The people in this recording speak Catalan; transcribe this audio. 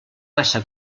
massa